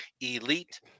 Elite